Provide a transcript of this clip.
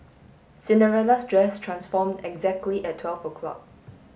Cinderella's dress transformed exactly at twelve o'clock